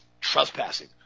trespassing